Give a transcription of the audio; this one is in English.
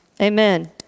amen